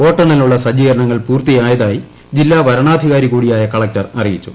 വോട്ടെണ്ണലിനുള്ള സജ്ജീകരണങ്ങൾ ് പൂർത്തിയായതായി ജില്ലാ വരണാധികാരി കൂടിയായ കളക്ടർ അറിയിച്ചു